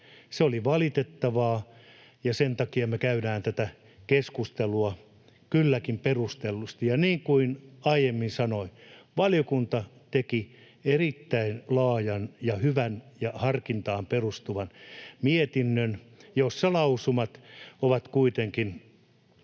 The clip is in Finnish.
Se oli valitettavaa, ja sen takia me käydään tätä keskustelua, kylläkin perustellusti. Ja niin kuin aiemmin sanoin, valiokunta teki erittäin laajan ja hyvän ja harkintaan perustuvan mietinnön, jossa lausumat ovat kuitenkin